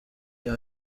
iyo